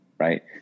right